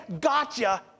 gotcha